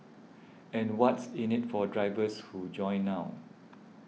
and what's in it for drivers who join now